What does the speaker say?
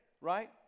right